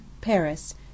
Paris